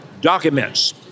documents